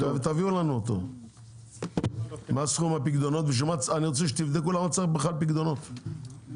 אני רוצה שתבדקו את המצב בפיקדונות כי זה